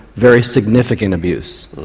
very significant abuse,